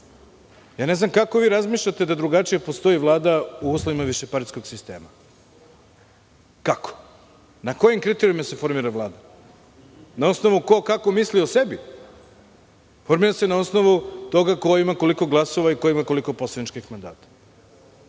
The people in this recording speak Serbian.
ne znam kako vi razmišljate da drugačije postoji Vlada u uslovima višepartijskog sistema, kako? Na kojim kriterijumima se formira Vlada? Na osnovu ko kako misli o sebi? Formira se na osnovu toga ko ima koliko glasova i ko ima koliko poslaničkih mandata.